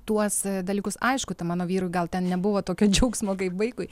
tuos dalykus aišku tam mano vyrui gal ten nebuvo tokio džiaugsmo kaip vaikui